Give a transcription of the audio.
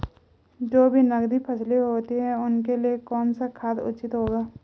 जो भी नकदी फसलें होती हैं उनके लिए कौन सा खाद उचित होगा?